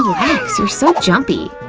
relax you're so jumpy!